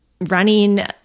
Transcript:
running